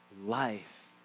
life